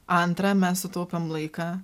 antra mes sutaupėm laiką